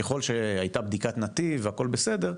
ככל שהייתה בדיקת נתיב והכל בסדר,